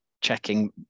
checking